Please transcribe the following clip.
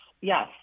yes